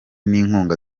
n’inkunga